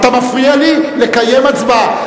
אתה מפריע לי לקיים הצבעה.